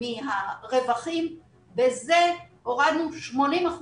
מהרווחים ובזה הורדנו 80%,